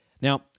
Now